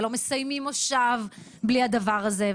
ולא מסיימים מושב בלי הדבר הזה,